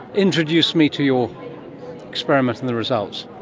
introduce me to your experiment and the results.